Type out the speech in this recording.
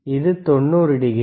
இது 90 டிகிரி